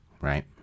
right